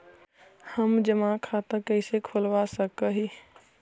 हम जमा खाता कैसे खुलवा सक ही?